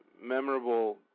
memorable